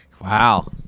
wow